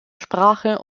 sprache